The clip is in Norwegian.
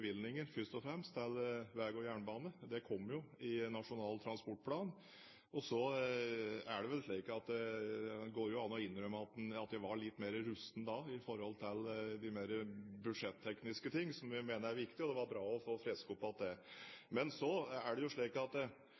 bevilgninger, først og fremst, til vei og jernbane. Det kom jo i Nasjonal transportplan. Så er det vel slik at det går an å innrømme at jeg var litt mer rusten da i forhold til de mer budsjettekniske ting, som jeg mener er viktig. Det var bra å få frisket opp det. Men så er det slik, som jeg også ga som svar på den forrige replikken, at